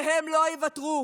והם לא ייוותרו.